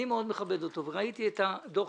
אני מאוד מכבד אותו, וראיתי את הדוח.